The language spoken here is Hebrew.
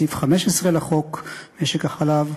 בסעיף 15 לחוק תכנון משק החלב,